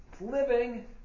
living